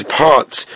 parts